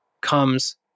comes